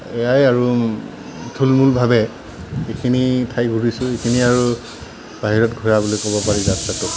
এয়াই আৰু থুলমুলভাৱে এইখিনি ঠাই ঘূৰিছোঁ এইখিনি আৰু বাহিৰত ঘূৰা বুলি ক'ব পাৰি যাত্ৰাটো